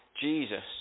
Jesus